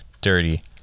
dirty